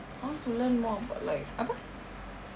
I want to learn more about like apa